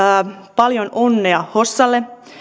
paljon onnea hossalle